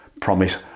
promise